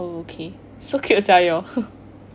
okay so cute sia you all